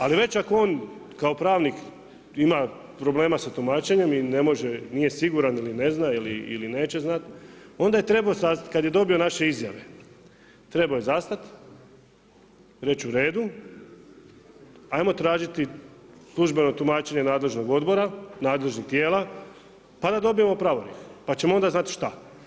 Ali već ako on kao pravnik ima problema sa tumačenjem i ne može, nije siguran ili ne zna ili neće znati, onda je trebao kad je dobio naše izjave trebao je zastati reći u redu, hajmo tražiti službeno tumačenje nadležnog odbora, nadležnih tijela pa da dobijemo pravorijek pa ćemo onda znati šta.